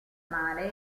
male